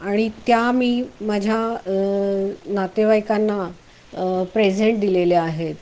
आणि त्या मी माझ्या नातेवाईकांना प्रेझेंट दिलेल्या आहेत